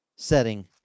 setting